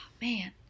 man